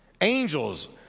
Angels